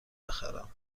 بخرم